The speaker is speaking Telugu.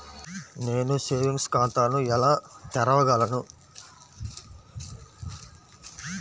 నేను సేవింగ్స్ ఖాతాను ఎలా తెరవగలను?